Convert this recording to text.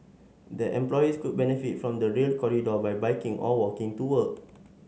their employees could benefit from the Rail Corridor by biking or walking to work